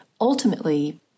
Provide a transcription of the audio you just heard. Ultimately